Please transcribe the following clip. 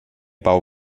bau